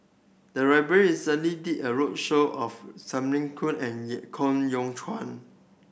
the library recently did a roadshow of Singh and Koh Yong Guan